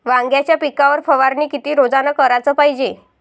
वांग्याच्या पिकावर फवारनी किती रोजानं कराच पायजे?